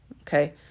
Okay